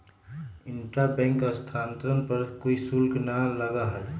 intra bank स्थानांतरण पर कोई शुल्क ना लगा हई